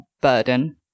burden